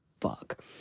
fuck